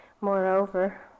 moreover